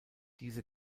diese